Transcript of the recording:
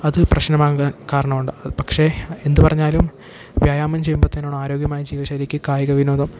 അത് പ്രശ്നമാക്കാൻ കാരണമുണ്ട് അത് പക്ഷേ എന്തു പറഞ്ഞാലും വ്യായാമം ചെയ്യുമ്പോഴത്തേനാണാരോഗ്യമായി ജീവിത ശൈലിക്ക് കായിക വിനോദം